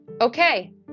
Okay